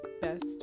best